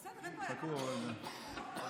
צבועים.